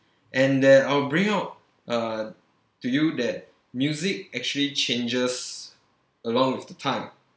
and there I'll bring out uh to you that music actually changes along with the time